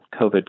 COVID